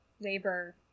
labor